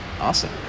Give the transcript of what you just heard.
awesome